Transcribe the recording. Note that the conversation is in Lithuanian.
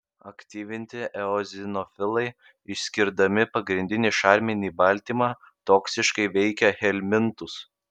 aktyvinti eozinofilai išskirdami pagrindinį šarminį baltymą toksiškai veikia helmintus